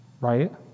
right